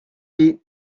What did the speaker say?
did